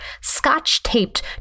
scotch-taped